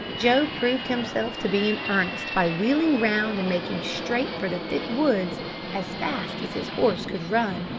joe proved himself to be in earnest by wheeling round and making straight for the thick woods as fast as his horse could run.